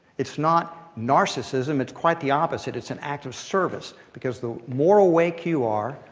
it's not narcissism. it's quite the opposite. it's an act of service. because the more awake you are,